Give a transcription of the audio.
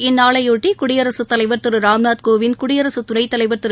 இந்நாளையொட்டி குடியரசுத் தலைவர் திருராம்நாத் கோவிந்த் குடியரசு துணைத்தலைவர் திரு